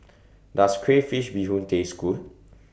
Does Crayfish Beehoon Taste Good